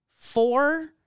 Four